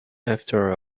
after